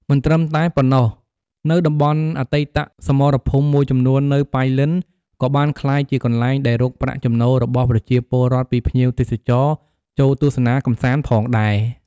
មិនត្រឹមតែប៉ុណ្ណោះ នៅតំបន់អតីតសមរភូមិមួយចំនួននៅប៉ៃលិនក៏បានក្លាយជាកន្លែងដែលរកប្រាក់ចំណូលរបស់ប្រជាពលរដ្ធពីភ្ញៀវទេសចរចូលទស្សនាកម្សាន្តផងដែរ។